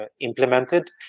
implemented